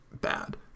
bad